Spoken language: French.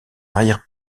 arrière